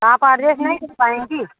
आप आ ड्रेस नहीं सिल पाएँगी